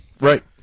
Right